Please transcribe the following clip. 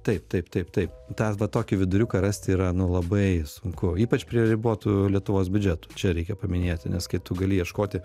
taip taip taip taip tą va tokį viduriuką rasti yra nu labai sunku ypač prie ribotų lietuvos biudžetų čia reikia paminėti nes kai tu gali ieškoti